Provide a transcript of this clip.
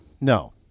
no